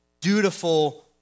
dutiful